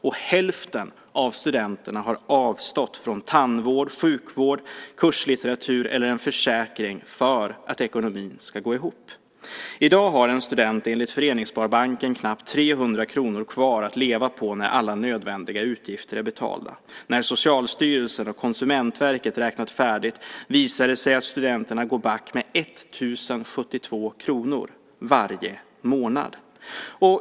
Och hälften av studenterna har avstått från tandvård, sjukvård, kurslitteratur eller en försäkring för att ekonomin ska gå ihop. I dag har en student, enligt Föreningssparbanken, knappt 300 kr kvar att leva på när alla nödvändiga utgifter är betalda. När Socialstyrelsen och Konsumentverket hade räknat färdigt visade det sig att studenterna går back med 1 072 kr varje månad.